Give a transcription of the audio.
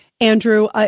Andrew